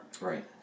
Right